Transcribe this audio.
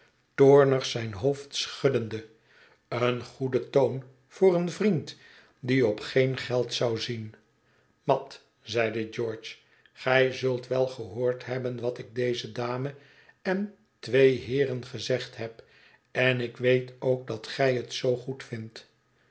toornig zijn hoofd schuddende een goeden toon voor een vriend die op geen geld zou zien mat zeide george gij zult wel gehoord hebben wat ik deze dame en twee heeren gezegd heb en ik weet ook dat gij het zoo